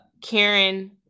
karen